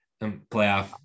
playoff